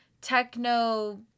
techno